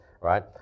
right